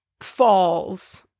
falls